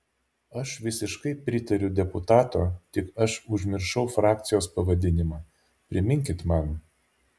aš visiškai pritariu deputato tik aš užmiršau frakcijos pavadinimą priminkit man